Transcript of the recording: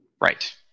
Right